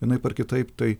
vienaip ar kitaip tai